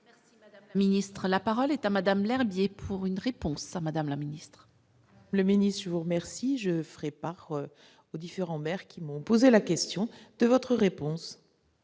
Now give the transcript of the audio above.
propriétaire. Ministre, la parole est à Madame Lherbier pour une réponse à Madame la Ministre. Le ministre, je vous remercie, je ferai part aux différents maires qui m'ont posé la question de votre réponse.